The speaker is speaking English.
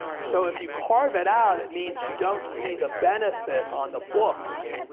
so if you carve it out, it means you don't see the benefit on the books,